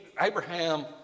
Abraham